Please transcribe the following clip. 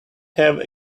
have